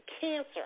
cancer